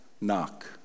knock